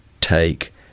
take